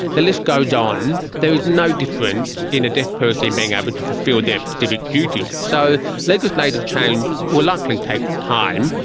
the list goes on, there is no difference in a deaf person being able to fulfil their civic duty. so legislative change will likely take time.